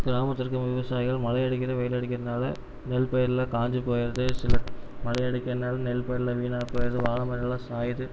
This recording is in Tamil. கிராமத்தில் இருக்கும் விவசாயிகள் மழையடிக்கிது வெயிலடிக்கிறதுனால நெல் பயிர்லாம் காஞ்சு போயிடுது சில மழையடிக்கிறதினால நெல் பயிரெலாம் வீணாக போயிடுது வாழை மரமெலாம் சாயுது